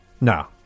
No